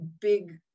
big